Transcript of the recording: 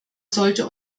sollte